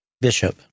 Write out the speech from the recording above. Bishop